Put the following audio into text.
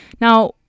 Now